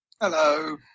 Hello